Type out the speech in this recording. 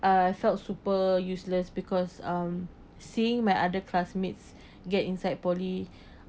I felt super useless because um seeing my other classmates get inside poly